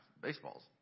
Baseball's